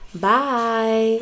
Bye